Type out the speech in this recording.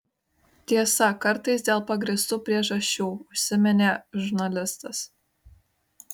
tiesa kartais dėl pagrįstų priežasčių užsiminė žurnalistas